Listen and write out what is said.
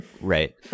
Right